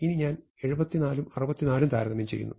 ഇനി ഞാൻ 74 ഉം 64 ഉം താരതമ്യം ചെയ്യുന്നു